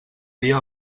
dia